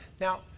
Now